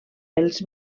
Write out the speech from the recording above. els